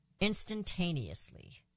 instantaneously